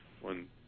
one